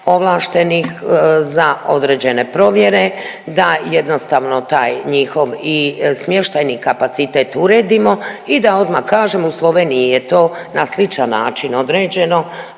ovlaštenih za određene provjere, da jednostavno i taj smještajni kapacitet uredimo i da odmah kažemo u Sloveniji je to na sličan način određeno.